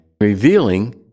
revealing